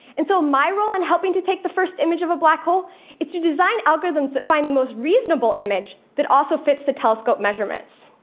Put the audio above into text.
and so, my role in helping to take the first image of a black hole is to design algorithms that find the most reasonable image that also fits the telescope measurements.